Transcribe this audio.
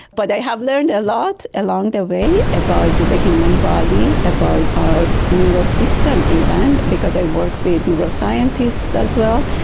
but i have learned a lot along the way about the the human body, about our neural system even because i work with neuroscientists as well,